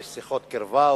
יש שיחות קרבה,